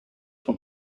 from